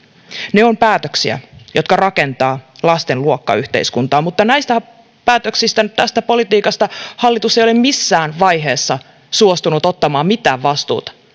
ne ovat päätöksiä jotka rakentavat lasten luokkayhteiskuntaa mutta näistä päätöksistä tästä politiikasta hallitus ei ole missään vaiheessa suostunut ottamaan mitään vastuuta